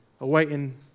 awaiting